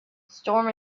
storm